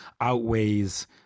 outweighs